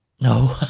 No